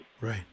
Right